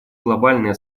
глобальное